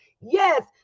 Yes